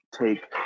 take